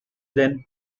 than